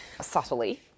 Subtly